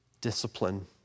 discipline